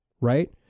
Right